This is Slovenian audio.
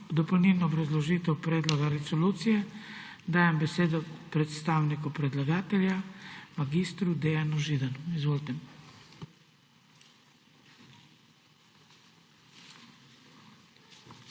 Za dopolnilno obrazložitev predloga resolucije dajem besedo predstavniku predlagatelja mag. Dejanu Židanu. Izvolite.